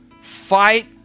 Fight